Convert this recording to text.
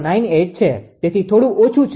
0098 છે તેથી થોડું ઓછું છે